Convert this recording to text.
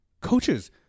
Coaches